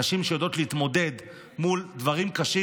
נשים שיודעות להתמודד מול דברים קשים.